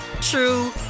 true